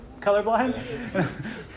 colorblind